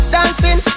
Dancing